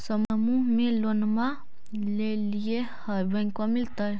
समुह मे लोनवा लेलिऐ है बैंकवा मिलतै?